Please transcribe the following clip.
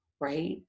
right